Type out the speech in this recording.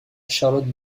charlotte